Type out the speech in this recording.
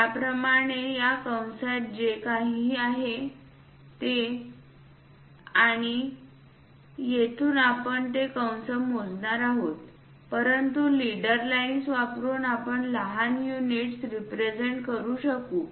त्याचप्रमाणे या कंसात असे काहीतरी आहे आणि येथून आपण ते कंस मोजणार आहोत परंतु लीडर लाईन्स वापरुन आपण लहान युनिट्स रिप्रेझेंट करू शकू